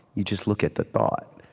you just look at the thought.